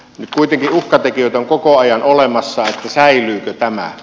nyt kuitenkin uhkatekijöitä on koko ajan olemassa että säilyykö tämä